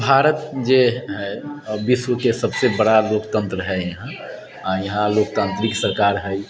भारत जे हइ विश्वके सभसँ बड़ा लोकतन्त्र है यहाँ यहाँ लोकतांत्रिक सरकार हइ